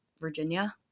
Virginia